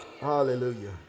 hallelujah